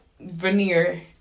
veneer